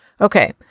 Okay